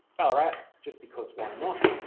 ballarat just because why not?